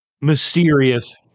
Mysterious